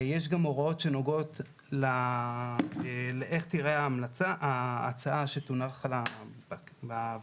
יש גם הוראות שנוגעות לאיך תראה ההצעה שתונח בוועדה.